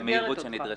במהירות הנדרשת.